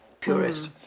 Purist